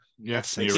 yes